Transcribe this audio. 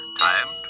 time